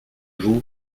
vous